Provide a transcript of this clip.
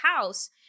house